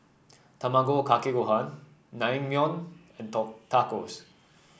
Tamago Kake Gohan Naengmyeon and Tacos